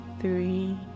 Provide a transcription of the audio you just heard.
three